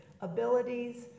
abilities